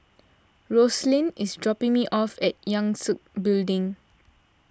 Rosalind is dropping me off at Yangtze Building